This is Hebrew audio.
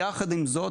יחד עם זאת,